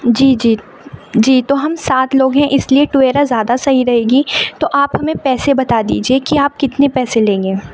جی جی جی تو ہم سات لوگ ہیں اس لیے ٹویرا زیادہ صحیح رہے گی تو آپ ہمیں پیسے بتا دیجیے کہ آپ کتنے پیسے لیں گے